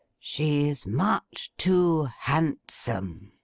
she's much too handsome